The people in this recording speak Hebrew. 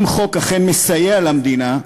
אם חוק אכן מסייע למדינה,